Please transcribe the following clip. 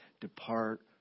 depart